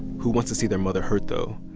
who wants to see their mother hurt, though?